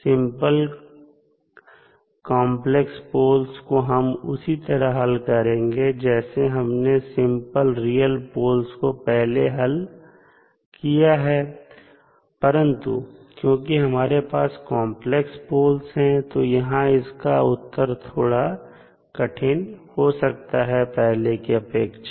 simple complex poles को हम उसी तरह हल करेंगे जैसे हमने सिंपल रियल पोल को पहले हल किया है परंतु क्योंकि हमारे पास कॉम्प्लेक्स पोल्स है यहां तो इसका उत्तर थोड़ा कठिन हो सकता है पहले की अपेक्षा